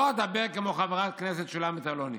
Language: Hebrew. לא אדבר כמו חברת הכנסת שולמית אלוני.